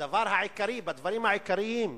בדברים העיקריים,